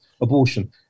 abortion